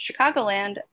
Chicagoland